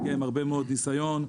עם הרבה מאוד ניסיון.